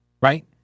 right